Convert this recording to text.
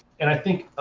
and i think,